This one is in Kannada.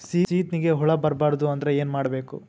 ಸೀತ್ನಿಗೆ ಹುಳ ಬರ್ಬಾರ್ದು ಅಂದ್ರ ಏನ್ ಮಾಡಬೇಕು?